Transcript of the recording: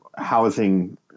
Housing